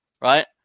right